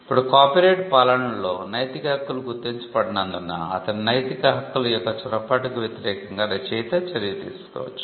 ఇప్పుడు కాపీరైట్ పాలనలో నైతిక హక్కులు గుర్తించబడినందున అతని నైతిక హక్కుల యొక్క చొరబాటుకు వ్యతిరేకంగా రచయిత చర్య తీసుకోవచ్చు